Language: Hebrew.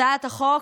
הצעת החוק,